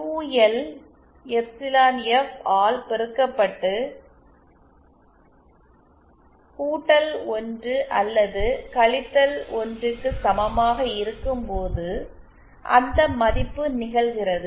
Q L epsilon F ஆல் பெருக்கப்பட்டு 1 அல்லது 1 க்கு சமமாக இருக்கும்போது அந்த மதிப்பு நிகழ்கிறது